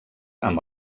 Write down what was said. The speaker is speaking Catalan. amb